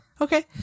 Okay